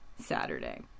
Saturday